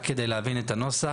רק כדי להבין את הנוסח.